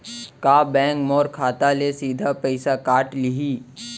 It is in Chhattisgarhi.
का बैंक मोर खाता ले सीधा पइसा काट लिही?